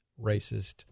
racist